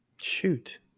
Shoot